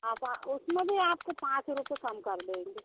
हाँ उसमें भी आपको पाँच रुपये कम कर देंगे